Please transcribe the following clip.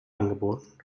angeboten